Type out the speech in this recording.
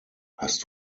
hast